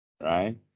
right